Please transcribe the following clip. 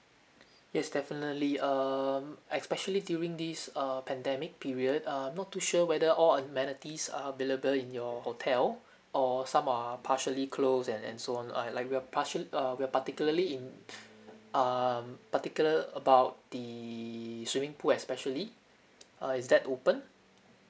yes definitely um especially during this err pandemic period I'm not too sure whether all amenities are available in your hotel or some are partially closed and and so on uh like we're partially uh we're particularly in um particular about the swimming pool especially uh is that open